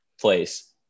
place